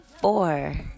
Four